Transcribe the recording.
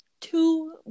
two